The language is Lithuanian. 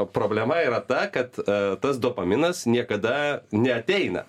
problema yra ta kad tas dopaminas niekada neateina